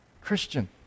Christian